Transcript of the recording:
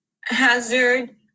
hazard